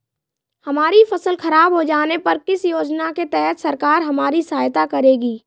हमारी फसल खराब हो जाने पर किस योजना के तहत सरकार हमारी सहायता करेगी?